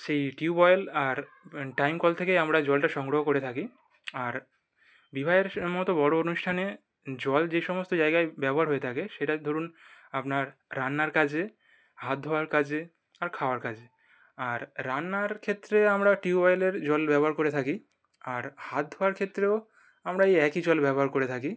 সেই টিউবওয়েল আর টাইম কল থেকেই আমরা জলটা সংগ্রহ করে থাকি আর বিবাহের মতো বড়ো অনুষ্ঠানে জল যে সমস্ত জায়গায় ব্যবহার হয়ে থাকে সেটা ধরুন আপনার রান্নার কাজে হাত ধোয়ার কাজে আর খাওয়ার কাজে আর রান্নার ক্ষেত্রে আমরা টিউবওয়েলের জল ব্যবহার করে থাকি আর হাত ধোয়ার ক্ষেত্রেও আমরা এই একই জল ব্যবহার করে থাকি